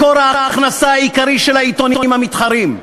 מקור ההכנסה העיקרי של העיתונים המתחרים".